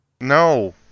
No